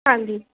ਹਾਂਜੀ